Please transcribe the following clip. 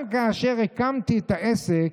גם כאשר הקמתי את העסק,